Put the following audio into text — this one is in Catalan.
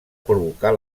provocar